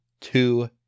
two